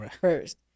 first